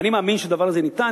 ואני מאמין שהדבר הזה ניתן,